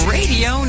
Radio